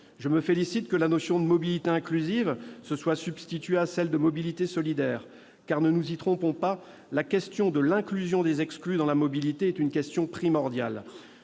Je me félicite de ce que la notion de mobilité inclusive se soit substituée à celle de mobilité solidaire car, ne nous y trompons pas, la question de l'inclusion des exclus dans la mobilité est une question primordiale.